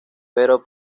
pero